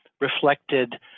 reflected